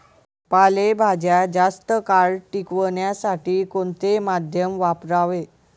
पालेभाज्या जास्त काळ टिकवण्यासाठी कोणते माध्यम वापरावे?